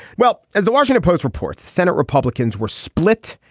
well as the washington post reports senate republicans were split.